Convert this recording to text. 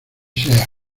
sea